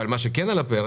אבל מה שכן על הפרק,